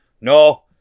No